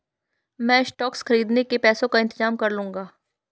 मैं स्टॉक्स खरीदने के पैसों का इंतजाम कर लूंगा